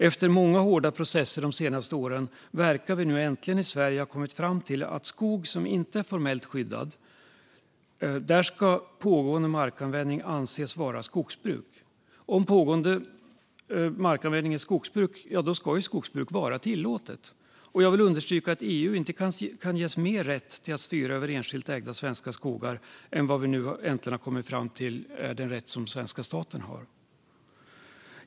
Efter många hårda processer de senaste åren verkar vi äntligen i Sverige ha kommit fram till att för skog som inte är formellt skyddad ska pågående markanvändning anses vara skogsbruk. Om det sker pågående markanvändning i skogsbruk, ska skogsbruk vara tillåtet. Jag vill understryka att EU inte kan ges mer rätt till att styra över enskilt ägda svenska skogar än vad vi äntligen har kommit fram till är den rätt som svenska staten har.